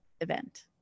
event